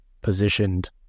positioned